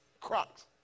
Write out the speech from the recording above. Crocs